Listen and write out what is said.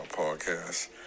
podcast